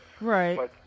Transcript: right